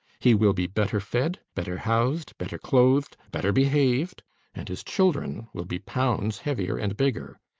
he will be better fed, better housed, better clothed, better behaved and his children will be pounds heavier and bigger.